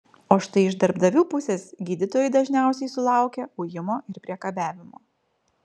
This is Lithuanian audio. o štai iš darbdavių pusės gydytojai dažniausiai sulaukia ujimo ir priekabiavimo